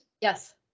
Yes